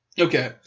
Okay